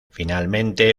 finalmente